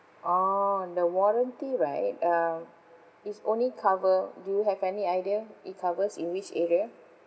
oh the warranty right um it's only cover do you have any idea it covers in which area